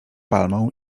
palmą